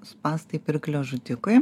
spąstai pirklio žudikui